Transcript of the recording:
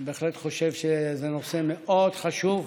אני בהחלט חושב שזה נושא מאוד חשוב,